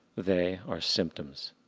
they are symptoms.